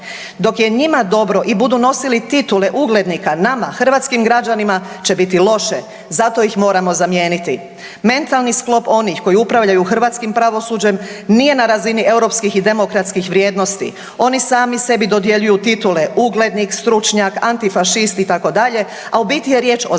Dok je njima dobro i budu nosili titule uglednika, nama, hrvatskim građanima će biti loše. Zato ih moramo zamijeniti. Mentalni sklop onih koji upravljaju hrvatskim pravosuđem nije na razini europskih i demokratskih vrijednosti. Oni sami sebi dodjeljuju titule uglednik, stručnjak, antifašist, itd., a u biti je riječ o zatvorenom,